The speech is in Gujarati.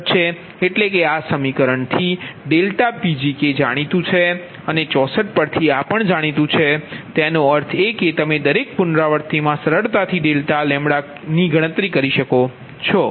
એટલે કે આ આ સમીકરણથી ∆Pg જાણીતું છે અને 64 પર થી આ પણ જાણીતું છે તેનો અર્થ એ કે તમે દરેક પુનરાવૃત્તિમાં સરળતાથી ડેલ્ટા લેમ્બડા કે ની ગણતરી કરી શકો છો